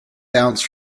bounce